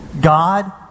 God